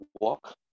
walk